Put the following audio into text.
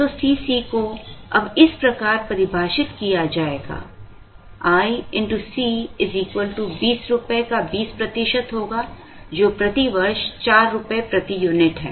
तो C c को अब इस प्रकार परिभाषित किया जाएगा i x C 20 रुपये का 20 प्रतिशत होगा जो प्रति वर्ष 4 रुपये प्रति यूनिट है